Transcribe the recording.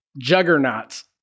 juggernauts